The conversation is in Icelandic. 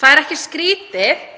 Það er ekkert skrýtið